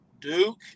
Duke